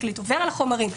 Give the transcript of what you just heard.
הפרקליט עובר על החומרים,